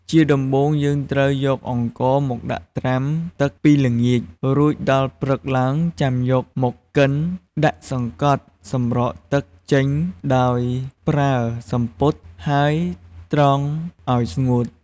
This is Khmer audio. ជាដំបូង យើងត្រូវយកអង្ករមកដាក់ត្រាំទឹកពីល្ងាច រួចដល់ព្រឹកឡើងចាំយកមកកិនដាក់សង្កត់សម្រក់ទឹកចេញដោយប្រើសំពត់ ហើយត្រងអោយស្ងួត។